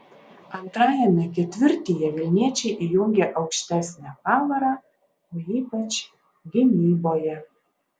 antrajame ketvirtyje vilniečiai įjungė aukštesnę pavarą o ypač gynyboje